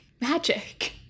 magic